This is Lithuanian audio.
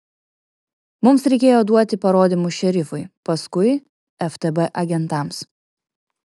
mums reikėjo duoti parodymus šerifui paskui ftb agentams